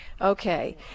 Okay